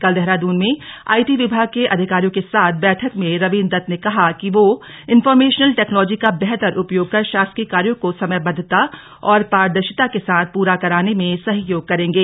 कल देहरादून में आईटी विभाग के अधिकारियों के साथ बैठक में रविन्द्र दत्त ने कहा कि वो इनफॉर्मेशन टेक्नोलॉजी का बेहतर उपयोग कर शासकीय कार्यों को समयबद्वता और पारदर्शिता के साथ पुरा कराने में सहयोग करेंगे